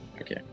okay